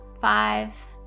five